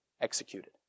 executed